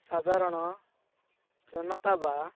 ସାଧାରଣ ଜନତା ବା